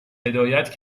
هدایت